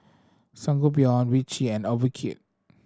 Sangobion Vichy and Ocuvite